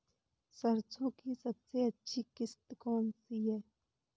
सरसो की सबसे अच्छी किश्त कौन सी है?